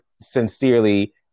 sincerely